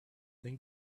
then